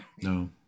No